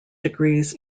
degrees